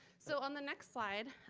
so on the next slide,